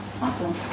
Awesome